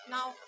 Now